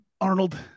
Arnold